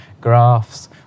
graphs